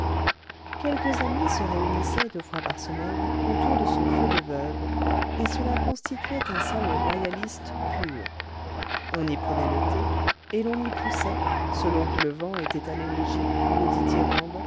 quelques amis se réunissaient deux fois par semaine autour de son feu de veuve et cela constituait un salon royaliste pur on y prenait le thé et l'on y poussait selon que le vent était à l'élégie ou au